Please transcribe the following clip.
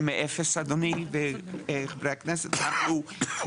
אדוני וחברי הכנסת, אנחנו לא נתחיל מאפס.